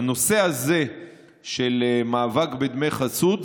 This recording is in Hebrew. בנושא הזה של מאבק בדמי חסות,